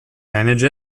manage